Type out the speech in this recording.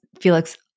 Felix